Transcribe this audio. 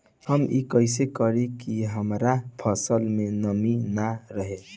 हम ई कइसे करी की हमार फसल में नमी ना रहे?